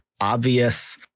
obvious